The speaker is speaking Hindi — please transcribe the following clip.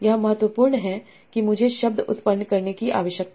यह महत्वपूर्ण है कि मुझे शब्द उत्पन्न करने की आवश्यकता है